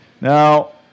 Now